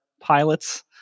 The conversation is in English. pilots